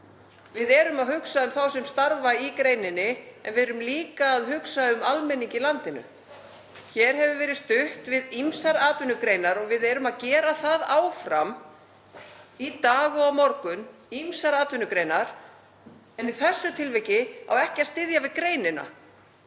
við erum að hugsa um þá sem starfa í greininni en við erum líka að hugsa um almenning í landinu. Hér hefur verið stutt við ýmsar atvinnugreinar og við erum að gera það áfram í dag og á morgun, en í þessu tilviki á ekki að styðja við greinina.